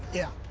yeah.